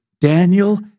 Daniel